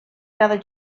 cada